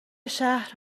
شهر